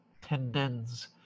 tendons